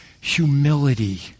humility